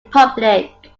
public